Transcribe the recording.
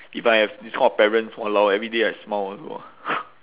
if I have this kind of parents !walao! every day I smile also ah